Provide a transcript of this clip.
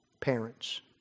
parents